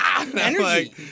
energy